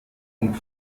und